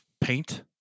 paint